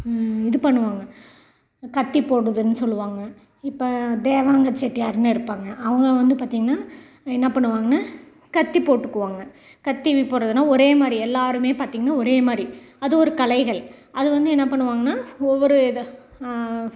இது பண்ணுவாங்க கத்திப்போடுதுன்னு சொல்லுவாங்க இப்போ தேவாங்க செட்டியார்னு இருப்பாங்க அவங்க வந்து பார்த்திங்கன்னா என்ன பண்ணுவாங்கன்னா கத்தி போட்டுக்குவாங்க கத்தி வி போகிறதுன்னா ஒரே மாதிரி எல்லாருமே பார்த்திங்கன்னா ஒரே மாதிரி அது ஒரு கலைகள் அது வந்து என்ன பண்ணுவாங்கன்னா ஒவ்வொரு இதாக